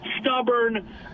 stubborn